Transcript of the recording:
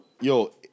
Yo